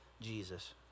Jesus